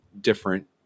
different